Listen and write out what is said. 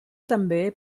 també